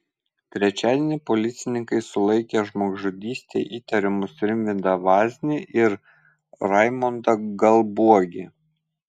trečiadienį policininkai sulaikė žmogžudyste įtariamus rimvydą vaznį ir raimondą galbuogį